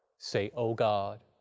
say, oh, god.